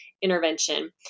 intervention